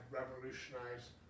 revolutionized